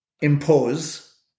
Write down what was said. impose